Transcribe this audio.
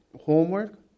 homework